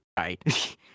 Right